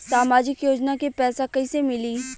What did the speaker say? सामाजिक योजना के पैसा कइसे मिली?